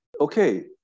Okay